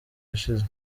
yashize